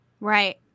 Right